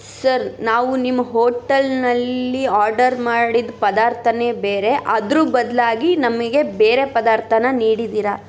sir ನಾವು ನಿಮ್ಮ ಹೋಟ್ಟಲ್ನಲ್ಲಿ ಆರ್ಡರ್ ಮಾಡಿದ ಪದಾರ್ಥವೇ ಬೇರೆ ಅದ್ರ ಬದಲಾಗಿ ನಮಗೆ ಬೇರೆ ಪದಾರ್ಥನ ನೀಡಿದ್ದೀರಾ